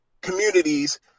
communities